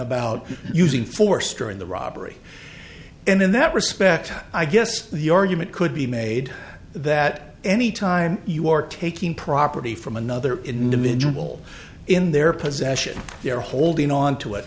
about using force during the robbery and in that respect i guess the argument could be made that any time you are taking property from another individual in their possession they're holding on to it